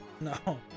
no